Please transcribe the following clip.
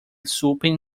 swooping